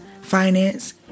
finance